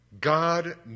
God